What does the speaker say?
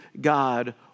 God